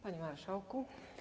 Panie Marszałku!